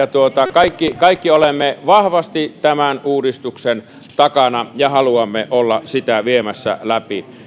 kaikki kaikki olemme vahvasti tämän uudistuksen takana ja haluamme olla sitä viemässä läpi